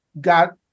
got